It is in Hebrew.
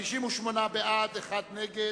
58 בעד, אחד נגד,